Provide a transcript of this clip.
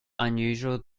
unusual